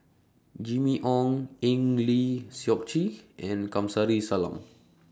Jimmy Ong Eng Lee Seok Chee and Kamsari Salam